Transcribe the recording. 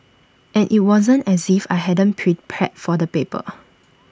and IT wasn't as if I hadn't prepared for the paper